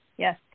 Yes